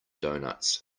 donuts